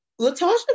Latasha